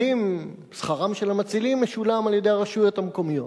שכרם של המצילים משולם על-ידי הרשויות המקומיות,